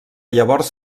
llavors